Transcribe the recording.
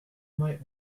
might